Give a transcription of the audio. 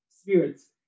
spirits